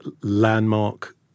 landmark